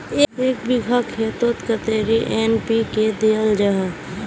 एक बिगहा खेतोत कतेरी एन.पी.के दियाल जहा?